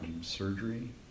surgery